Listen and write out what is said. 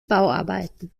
bauarbeiten